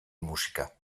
musika